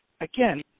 Again